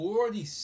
Forty